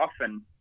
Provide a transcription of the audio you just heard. often